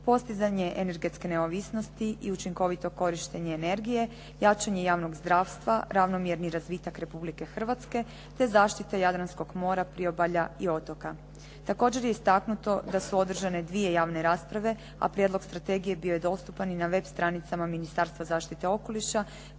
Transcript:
postizanje energetske neovisnosti i učinkovito korištenje energije, jačanje javnog zdravstva, ravnomjerni razvitak Republike Hrvatske, te zaštite Jadranskog mora, priobalja i otoka. Također je istaknuto da su održane dvije javne rasprave, a prijedlog strategije bio je dostupan i na web stranicama Ministarstva zaštite okoliša,